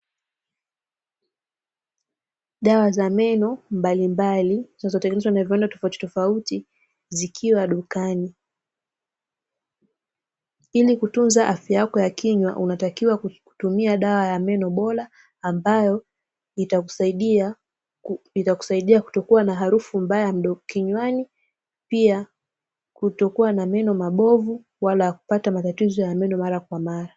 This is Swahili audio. Dawa za meno mbalimbali, zilizotengenezwa na viwanda tofautitofauti zikiwa dukani, ili kutunza afya yako ya kinywa unatakiwa kutumia dawa ya meno bora ambayo itakusaidia kutokuwa na harufu mbaya kinywani, pia kutokuwa na meno mabovu, wala kupata matatizo ya meno mara kwa mara.